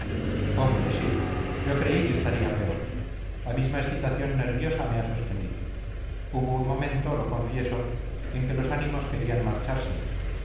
hombre sí yo creí que estaría peor la misma excitación nerviosa me ha sostenido hubo un momento lo confieso en que los ánimos querían marchárseme fue